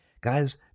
guys